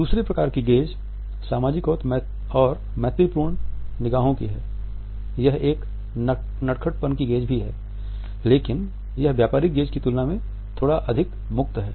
दूसरे प्रकार की गेज़ सामाजिक और मैत्रीपूर्ण निगाहों की है यह एक नटखटपन की गेज़ भी है लेकिन यह व्यापारिक गेज़ की तुलना में थोड़ा अधिक मुक्त है